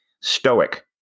stoic